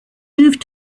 moved